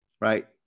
right